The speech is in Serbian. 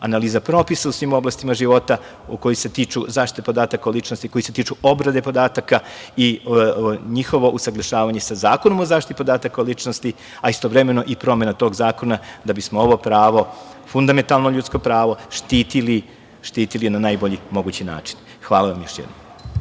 analiza propisa u svim oblastima života koji se tiču zaštite podataka o ličnosti, koji se tiču obrade podataka i njihovo usaglašavanje sa Zakonom o zaštiti podataka o ličnosti, a istovremeno i promena tog zakona da bismo ovo pravo, fundamentalno ljudsko pravo, štitili na najbolji mogući način. Hvala vam još jednom.